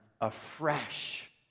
afresh